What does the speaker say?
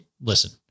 listen